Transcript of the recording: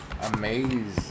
Amazing